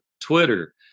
Twitter